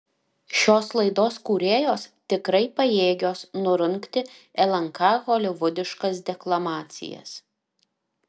šios laidos kūrėjos tikrai pajėgios nurungti lnk holivudiškas deklamacijas